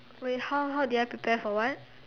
wait how how did I prepare for what